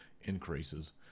increases